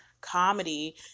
comedy